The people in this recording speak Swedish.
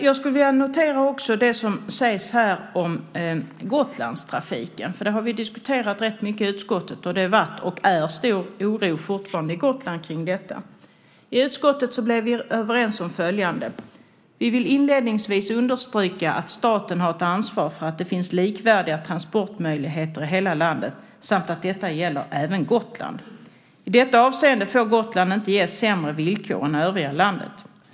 Jag skulle också vilja notera det som här sägs om Gotlandstrafiken, något vi har diskuterat rätt mycket i utskottet. Det har också varit, och är fortfarande, stor oro på Gotland kring detta. I utskottet blev vi överens om följande: "Utskottet vill inledningsvis understryka att staten har ansvar för att det finns likvärdiga transportmöjligheter i hela landet samt att detta gäller även Gotland. I detta avseende får Gotland inte ges sämre villkor än övriga landet.